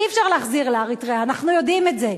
אי-אפשר להחזיר לאריתריאה, אנחנו יודעים את זה.